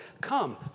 Come